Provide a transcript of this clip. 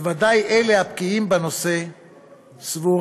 בוודאי אלה הבקיאים בנושא סבורים,